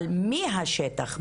אבל מהשטח,